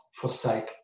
forsake